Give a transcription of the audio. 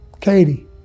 Katie